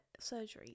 surgeries